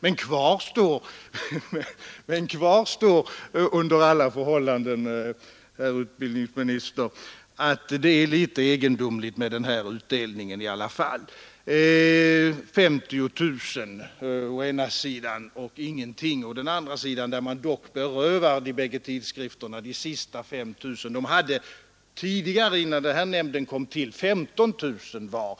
Men kvar står under alla förhållanden, herr utbildningsminister, att den fördelning som skett är litet egendomlig. 50 000 kronor utdelas åt det ena hållet men ingenting åt det andra, varigenom två tidskrifter berövas de sista 5 000 kronorna i bidrag. De hade innan nämnden kom till 15 000 kronor var.